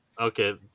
Okay